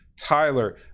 Tyler